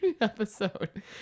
episode